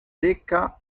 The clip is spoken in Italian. secca